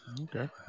okay